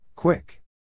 Quick